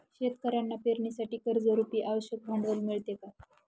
शेतकऱ्यांना पेरणीसाठी कर्जरुपी आवश्यक भांडवल मिळते का?